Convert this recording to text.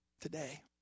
Today